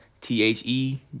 t-h-e